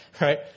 right